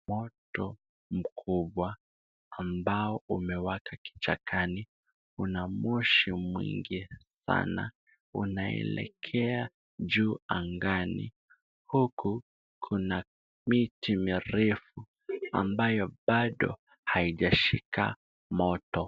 Moto mkubwa ambayo umewaka kichakani. una mwoshi mwingi sana, unaelekea juu angani, huku Kuna miti mirefu ambayo bado haijashika moto.